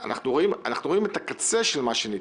אנחנו רואים את הקצה של מה שנתקע,